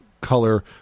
color